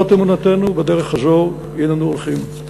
זאת אמונתנו ובדרך הזו הננו הולכים.